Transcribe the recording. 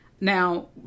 Now